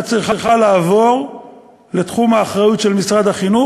צריכה לעבור לתחום האחריות של משרד החינוך,